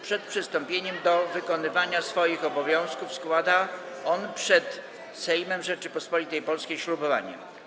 Przed przystąpieniem do wykonywania swoich obowiązków składa on przed Sejmem Rzeczypospolitej Polskiej ślubowanie.